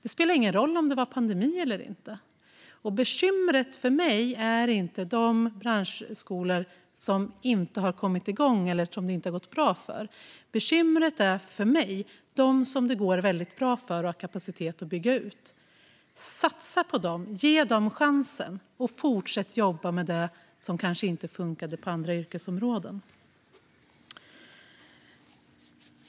Det spelar ingen roll om det var pandemi eller inte. Bekymret för mig är inte de branschskolor som inte har kommit igång eller som det inte har gått bra för. Bekymret för mig är de som det går väldigt bra för och som har kapacitet att bygga ut. Satsa på dem! Ge dem chansen, och fortsätt jobba med det som kanske inte funkade på andra yrkesområden!